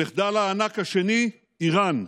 המחדל הענק השני, איראן.